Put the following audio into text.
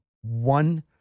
one